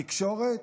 התקשורת?